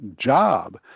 job